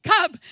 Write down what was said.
Come